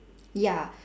ya